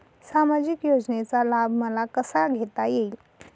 सामाजिक योजनेचा लाभ मला कसा घेता येईल?